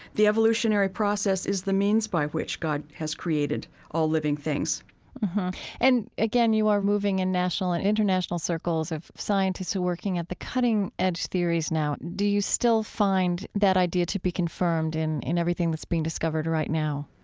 the evolutionary process is the means by which god has created all living things and, again, you are moving in national and international circles of scientists who are working at the cutting edge theories now. do you still find that idea to be confirmed in in everything that's being discovered right now?